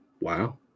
Wow